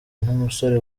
n’umusore